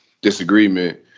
disagreement